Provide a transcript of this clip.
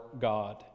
God